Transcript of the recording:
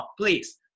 please